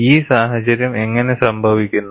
ഈ സാഹചര്യം എങ്ങനെ സംഭവിക്കുന്നു